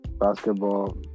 Basketball